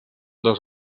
dos